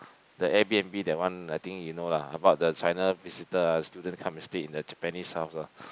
the Air b_n_b that one I think you know lah about the China visitor ah student come and sleep in the Japanese house lah